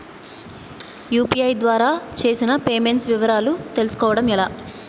UPI ద్వారా చేసిన payments వివరాలు తెలుసుకోవటం ఎలా?